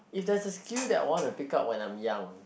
if that's a skill that I want to pick up when I'm young